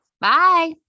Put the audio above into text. Bye